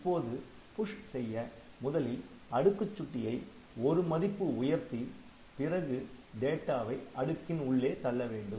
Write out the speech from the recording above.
இப்போது புஷ் செய்ய முதலில் அடுக்குச் சுட்டியை ஒரு மதிப்பு உயர்த்தி பிறகு டேட்டாவை அடுக்கின் உள்ளே தள்ள வேண்டும்